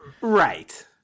Right